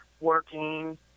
working